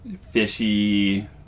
fishy